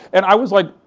and i was like.